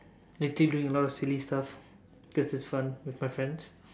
maybe doing a lot of silly stuff because it's fun with my friends